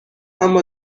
اما